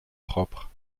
propres